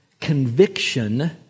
conviction